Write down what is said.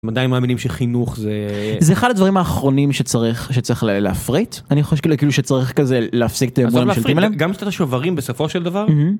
מדי מאמינים שחינוך זה זה אחד הדברים האחרונים שצריך שצריך להפריט אני חושב שצריך כזה להפסיק את השוברים בסופו של דבר.